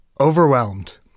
Overwhelmed